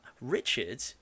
Richard